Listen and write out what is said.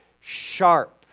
sharp